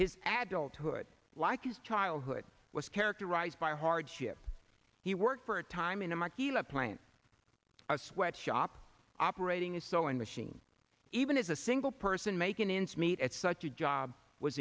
his adult hood like his childhood was characterized by hardship he worked for a time in a marquee love plant a sweatshop operating a sewing machine even as a single person making ends meet at such a job was